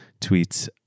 tweets